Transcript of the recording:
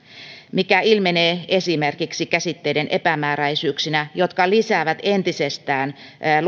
mikä ilmenee esimerkiksi käsitteiden epämääräisyyksinä jotka lisäävät entisestään